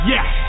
Yes